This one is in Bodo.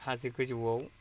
हाजो गोजौआव